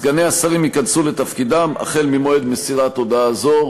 סגני השרים ייכנסו לתפקידם החל ממועד מסירת הודעה זו.